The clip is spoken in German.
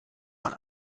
man